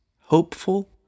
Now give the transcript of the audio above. Hopeful